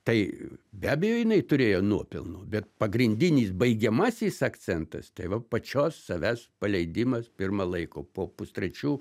tai be abejo jinai turėjo nuopelnų bet pagrindinis baigiamasis akcentas tai va pačios savęs paleidimas pirma laiko po pustrečių